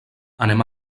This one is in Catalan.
anem